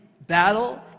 battle